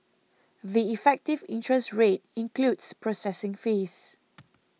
the effective interest rate includes processing fees